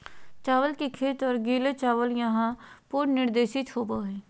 चावल के खेत और गीले चावल यहां पुनर्निर्देशित होबैय हइ